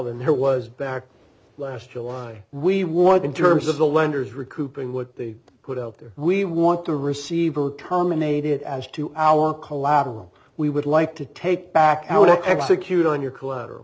than there was back last july we want in terms of the lenders recouping what they put out there we want to receive terminated as to our collateral we would like to take back our to execute on your collater